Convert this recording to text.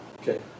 okay